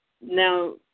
Now